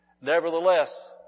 nevertheless